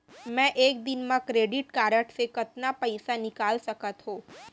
मैं एक दिन म क्रेडिट कारड से कतना पइसा निकाल सकत हो?